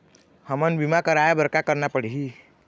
हमन बीमा कराये बर का करना पड़ही?